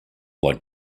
like